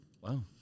Wow